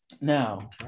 Now